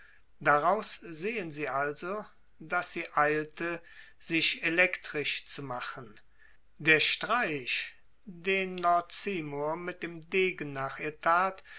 daraus sehen sie also daß sie eilte sich elektrisch zu machen der streich den lord seymour mit dem degen nach ihr tat